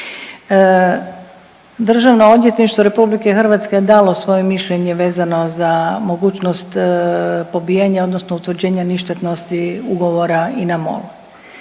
Državno odvjetništvo RH je dalo svoje mišljenje vezano za mogućnost pobijanja odnosno utvrđenja ništetnosti ugovora INA-MOL.